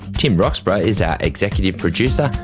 tim roxburgh is our executive producer,